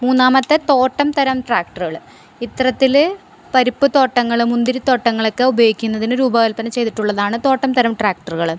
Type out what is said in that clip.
മൂന്നാമത്തെ തോട്ടം തരം ട്രാക്ടറുകള് ഇത്തരത്തില് പരിപ്പ് തോട്ടങ്ങളും മുന്തിരി തോട്ടങ്ങളൊക്കെ ഉപയോഗിക്കുന്നതിന് രൂപകല്പന ചെയ്തിട്ടുള്ളതാണ് തോട്ടം തര ട്രാക്ടറുകള്